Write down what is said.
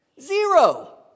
Zero